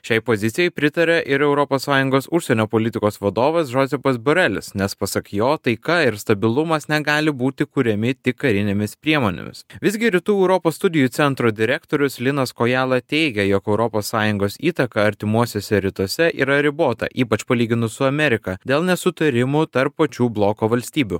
šiai pozicijai pritaria ir europos sąjungos užsienio politikos vadovas džozefas borelis nes pasak jo taika ir stabilumas negali būti kuriami tik karinėmis priemonėmis visgi rytų europos studijų centro direktorius linas kojala teigia jog europos sąjungos įtaka artimuosiuose rytuose yra ribota ypač palyginus su amerika dėl nesutarimų tarp pačių bloko valstybių